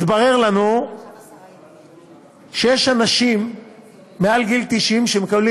התברר לנו שיש אנשים מעל גיל 90 שמקבלים